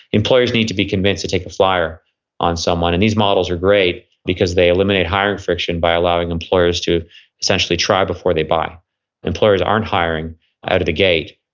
employers need to be convinced to take a flyer on someone. and these models are great because they eliminate hiring friction by allowing employers to essentially try before they buy employees aren't hiring out of the gate.